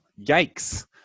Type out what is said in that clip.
Yikes